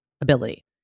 ability